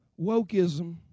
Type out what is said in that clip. Wokeism